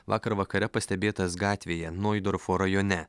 vakar vakare pastebėtas gatvėje noidorfo rajone